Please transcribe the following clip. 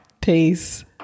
Peace